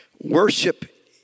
worship